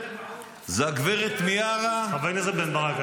זה הגב' מיארה ----- חבר הכנסת בן ברק,